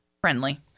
friendly